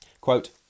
Quote